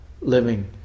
living